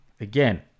Again